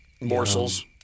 morsels